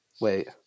Wait